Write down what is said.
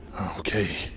Okay